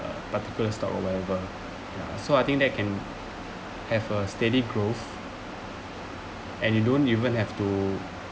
a particular stock or whatever ya so I think that can have a steady growth and you don't even have to